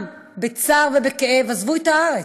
ואיך חלקם בצער ובכאב עזבו את הארץ.